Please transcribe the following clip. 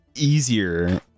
easier